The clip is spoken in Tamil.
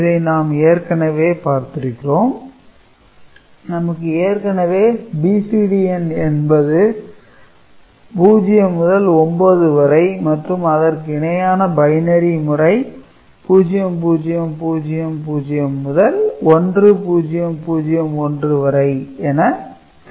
இதை நாம் ஏற்கனவே பார்த்திருக்கிறோம் நமக்கு ஏற்கனவே BCD எண் என்பது 0 முதல் 9 வரை மற்றும் அதற்கு இணையான பைனரி முறை 0000 லிருந்து 1001 வரை என தெரியும்